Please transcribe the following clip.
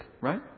right